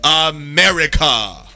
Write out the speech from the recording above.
America